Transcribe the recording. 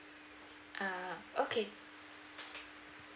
ah okay